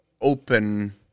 open